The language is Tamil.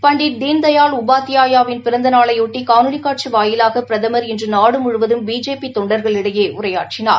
பண்டிட் தீன்தயாள் உபாத்தியாயாவின் பிறந்த நாளையொட்டி காணொலி காட்சி வாயிலாக பிரதம் இன்று நாடு முழுவதும் பிஜேபி தொண்டர்களிடையே உரையாற்றினார்